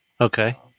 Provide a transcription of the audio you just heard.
Okay